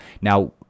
Now